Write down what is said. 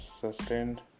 sustained